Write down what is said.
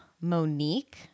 Monique